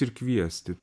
ir kviesti